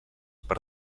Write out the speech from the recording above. per